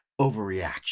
overreaction